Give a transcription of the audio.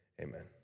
amen